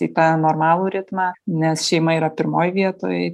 į tą normalų ritmą nes šeima yra pirmoj vietoj taip pat